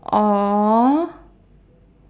or